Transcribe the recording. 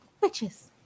witches